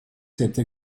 cette